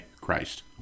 Christ